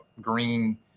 green